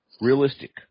Realistic